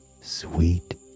sweet